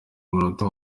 umunota